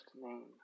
name